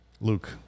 Luke